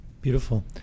Beautiful